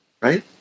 Right